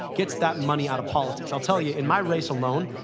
gets that money out of politics. i'll tell you, in my race alone,